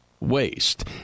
Waste